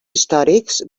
històrics